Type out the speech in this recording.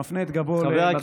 שמפנה את גבו לדובר,